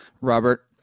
Robert